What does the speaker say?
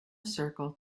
circle